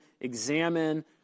examine